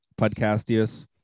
Podcastius